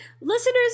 listeners